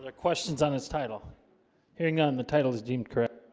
ah questions on his title hearing on the title is deemed correct